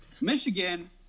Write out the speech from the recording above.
Michigan